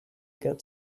get